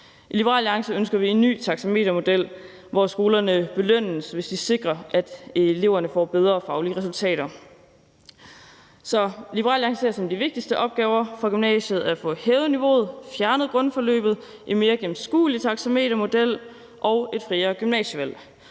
I Liberal Alliance ønsker vi en ny taxametermodel, hvor skolerne belønnes, hvis de sikrer, at eleverne får bedre faglige resultater. Så Liberal Alliance ser som de vigtigste opgaver i forhold til gymnasiet at få hævet niveauet, fjernet grundforløbet, en mere gennemskuelig taxametermodel og et friere gymnasievalg.